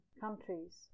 countries